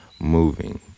moving